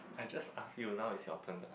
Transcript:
I just ask you now is your turn to ask